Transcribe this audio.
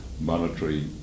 monetary